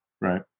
Right